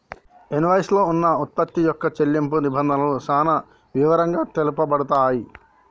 invoice లో కొన్న వుత్పత్తి యొక్క చెల్లింపు నిబంధనలు చానా వివరంగా తెలుపబడతయ్